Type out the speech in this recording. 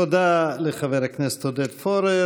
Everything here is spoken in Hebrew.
תודה לחבר הכנסת עודד פורר.